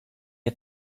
get